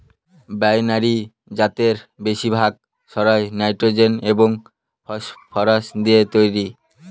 binary জাতের বেশিরভাগ সারই নাইট্রোজেন এবং ফসফরাস দিয়ে তৈরি